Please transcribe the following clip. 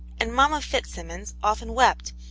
and mamma fitzsimmons often wept,